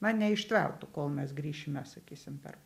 na neištvertų kol mes grįšime sakysim per